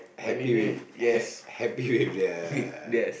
happy with ha~ happy with the